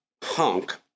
punk